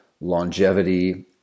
longevity